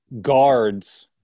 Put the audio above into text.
guards –